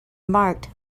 marked